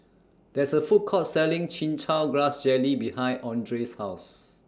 There IS A Food Court Selling Chin Chow Grass Jelly behind Andreas' House